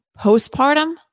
postpartum